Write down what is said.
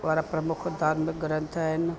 वारा प्रमुख धार्मिक ग्रंथ आहिनि